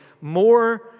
more